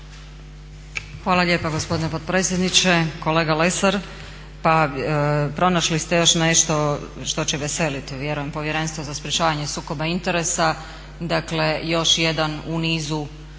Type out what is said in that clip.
Hvala lijepa gospodine potpredsjedniče. Kolega Lesar pa pronašli ste još nešto što će veseliti vjerujem Povjerenstvo za sprečavanje sukoba interesa, dakle još jedan u nizu